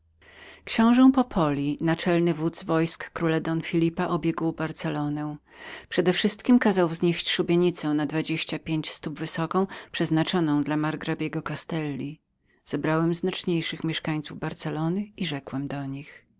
książe popoli naczelny wódz wojsk króla don phelipa obległ barcelonę przedewszystkiem kazał wznieść szubienicę na dwadzieścia pięć stóp wysoką przeznaczoną dla margrabiego castelli zebrałem znaczniejszych mieszkańców barcelony i rzekłem do nich